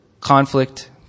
conflict